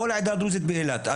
כל העדה הדרוזית באילת.